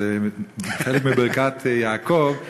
אז חלק מברכת יעקב,